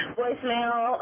voicemail